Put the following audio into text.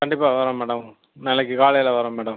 கண்டிப்பாக வரோம் மேடம் நாளைக்கு காலையில் வரோம் மேடம்